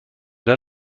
der